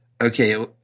Okay